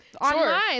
online